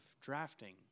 drafting